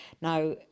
now